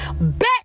bet